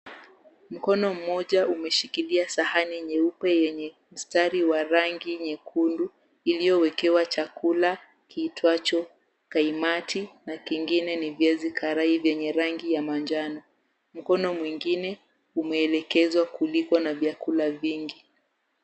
Mkono mmoja umeshikilia sahani nyeupe yenye mstari wa rangi nyekundu iliyowekewa chakula kiitwacho kaimati, na kingine ni viazi karai vyenye rangi ya manjano. Mkono mwingine umeelekezwa kuliko na vyakula vingi.